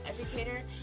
educator